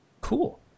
cool